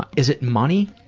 ah is it money?